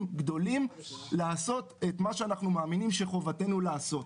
גדולים לעשות את מה שאנחנו מאמינים שחובתנו לעשות.